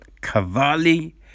Cavalli